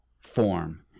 form